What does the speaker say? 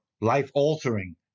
life-altering